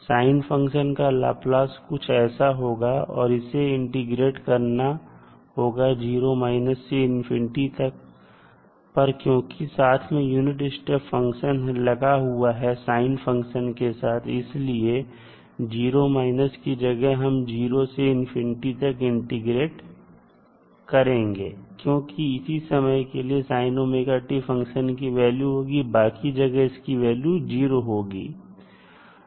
sign function का Laplace कुछ ऐसा होगा और इसे हमें इंटीग्रेट करना होगा 0 से इंफिनिटी तक पर क्योंकि साथ में यूनिट स्टेप फंक्शन है लगा हुआ साइन फंक्शन के साथ इसलिए 0 की जगह हम इसे 0 से इंफिनिटी तक इंटीग्रेट करेंगे क्योंकि इसी समय के लिए sin ωt फंक्शन की वैल्यू होगी बाकी जगह इसकी वैल्यू 0 होगी